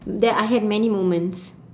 that I had many moments